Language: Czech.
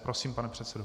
Prosím, pane předsedo.